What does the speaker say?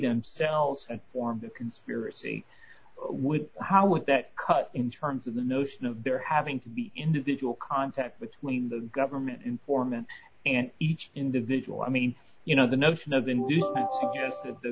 themselves had formed a conspiracy would how would that cut in terms of the notion of there having to be individual contact between the government informant and each individual i mean you know the notion of the